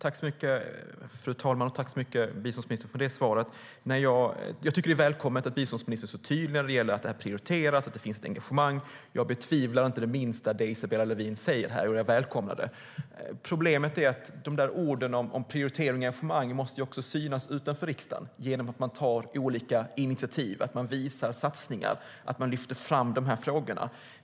Fru talman! Jag tackar biståndsministern för det svaret. Det är välkommet att biståndsministern är så tydlig när det gäller att detta prioriteras och att det finns ett engagemang. Jag betvivlar inte det minsta det som Isabella Lövin säger här, och jag välkomnar det. Problemet är att dessa ord om prioriteringar och engagemang också måste synas utanför riksdagen genom att man tar olika initiativ, att man visar satsningar och att man lyfter fram dessa frågor.